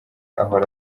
ahora